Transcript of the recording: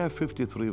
53